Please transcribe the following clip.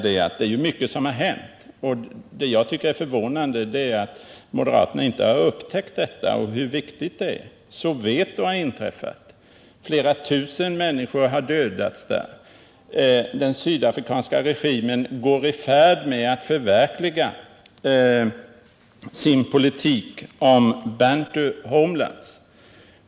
Det har dock hänt åtskilligt, och jag tycker det är förvånande är att moderaterna inte har upptäckt detta och hur viktigt det är. Jag behöver bara erinra om att flera tusen människor har dödats i Soweto och att den sydafrikanska regimen går i färd med att förverkliga sin politik om ”bantu homelands”.